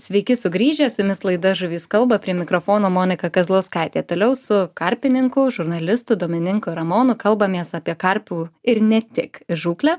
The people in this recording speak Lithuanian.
sveiki sugrįžę su jumis laida žuvys kalba prie mikrofono monika kazlauskaitė toliau su karpininku žurnalistu domininku ramonu kalbamės apie karpių ir ne tik žūklę